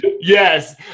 Yes